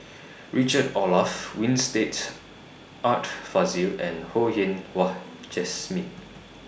Richard Olaf Winstedt Art Fazil and Ho Yen Wah Jesmine